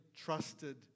trusted